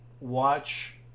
watch